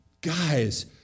guys